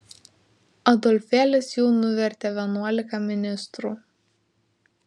adolfėlis jau nuvertė vienuolika ministrų